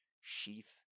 sheath